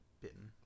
Bitten